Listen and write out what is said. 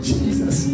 Jesus